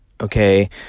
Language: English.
okay